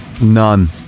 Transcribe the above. none